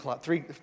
three